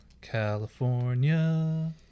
California